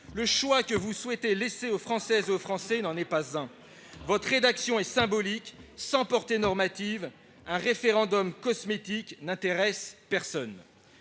Le choix que vous souhaitez laisser aux Françaises et aux Français n'en est pas un. La rédaction que vous proposez est symbolique, sans portée normative. Un référendum cosmétique n'intéresse personne.